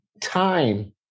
time